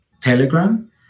telegram